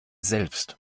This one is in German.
selbst